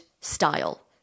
style